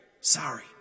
sorry